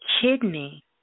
kidney